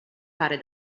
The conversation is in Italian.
fare